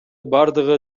бардыгы